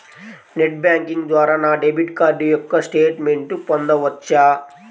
Net banking ద్వారా నా debit card యొక్క స్టేట్మెంట్ పొందవచ్చా?